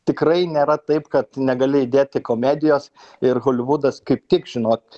tikrai nėra taip kad negali įdėti komedijos ir holivudas kaip tik žinot